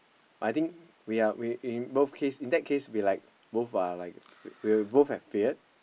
I think we are we we in both case in that case we like both are like we will both have failed